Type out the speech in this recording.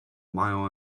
mile